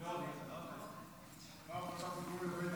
לא עובד.